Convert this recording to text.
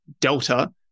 delta